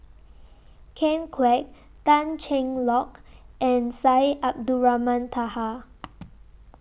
Ken Kwek Tan Cheng Lock and Syed Abdulrahman Taha